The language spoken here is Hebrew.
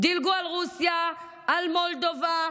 דילגו על רוסיה, על מולדובה,